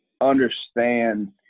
understand